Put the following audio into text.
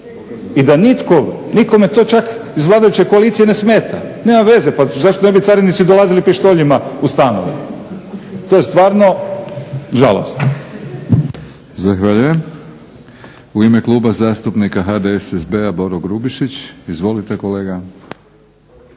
I da nitko, nikome to čak iz vladajuće koalicije ne smeta. Nema veze, pa zašto ne bi carinici dolazili pištoljima u stanove. To je stvarno žalosno. **Batinić, Milorad (HNS)** Zahvaljujem. U ime Kluba zastupnika HDSSB-a Boro Grubišić. Izvolite kolega.